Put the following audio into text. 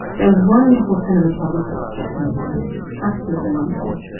they're wonderful cinematographers, japanese animators, absolutely wonderful.